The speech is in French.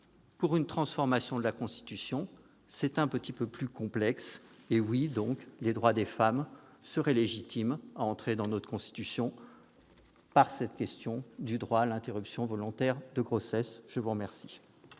une transformation de la Constitution, les choses sont un petit peu plus complexes. Oui, donc, les droits des femmes seraient légitimes à entrer dans notre Constitution par le biais du droit à l'interruption volontaire de grossesse. La parole